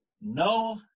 no